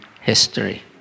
history